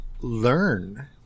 learn